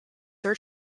sir